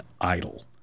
idol